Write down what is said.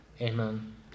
Amen